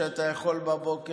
שאתה יכול בבוקר,